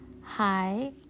Hi